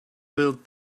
build